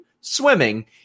swimming